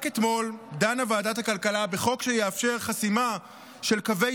רק אתמול דנה ועדת הכלכלה בחוק שיאפשר חסימה של קווי